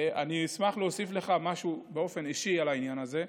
אשמח להוסיף לך משהו באופן אישי על העניין הזה,